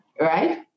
right